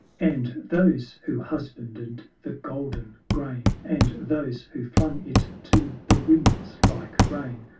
and those who husbanded the golden grain, and those who flung it to the winds like rain,